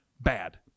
bad